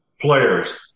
players